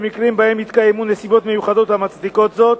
במקרים שבהם יתקיימו נסיבות מיוחדות המצדיקות זאת,